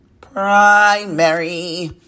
Primary